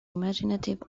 imaginative